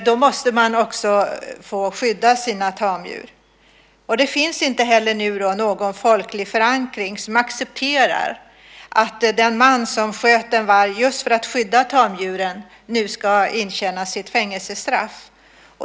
Då måste man också få skydda sina tamdjur. Det finns inte heller någon folklig förankring som accepterar att den man som sköt en varg just för att skydda tamdjuren nu ska avtjäna sitt fängelsestraff.